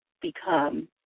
become